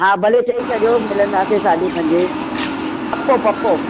हा भले चई छॾियोसि मिलंदासीं साढी पंज पको पको